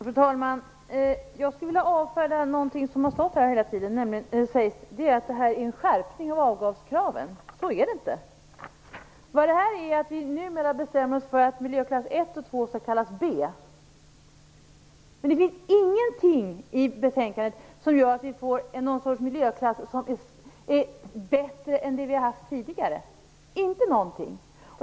Fru talman! Jag skulle vilja avfärda någonting som har sagts här hela tiden, nämligen att detta är en skärpning av avgaskraven. Så är det inte. Det här handlar om att vi nu bestämmer oss för att miljöklass 1 och 2 skall kallas "B". Det finns ingenting i betänkandet som gör att vi får en miljöklassning som är bättre än den vi har haft tidigare, ingenting!